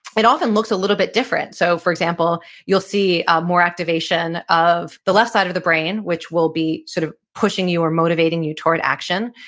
it often looks a little bit different. so for example, you'll see more activation of the left side of the brain which will be sort of pushing you or motivating you toward action.